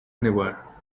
anywhere